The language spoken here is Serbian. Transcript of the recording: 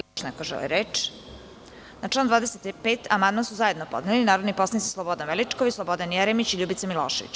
Da li još neko želi reč? (Ne) Na član 25. amandman su zajedno podneli narodni poslanici Slobodan Veličković, Slobodan Jeremić i Ljubica Milošević.